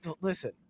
listen